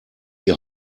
die